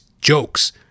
jokes